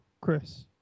Chris